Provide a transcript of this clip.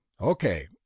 Okay